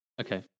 Okay